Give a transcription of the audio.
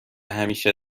همیشه